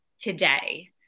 today